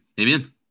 Amen